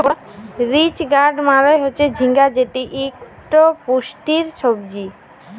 ridge gourd মালে হচ্যে ঝিঙ্গা যেটি ইক পুষ্টিকর সবজি